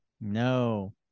No